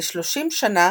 ב-30 שנה